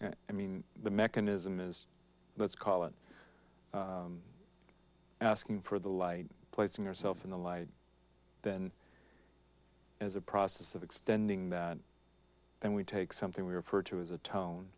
i mean the mechanism is let's call it asking for the light placing yourself in the light then as a process of extending then we take something we refer to as a tone